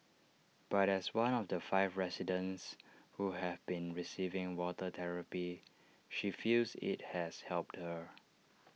but as one of the five residents who have been receiving water therapy she feels IT has helped her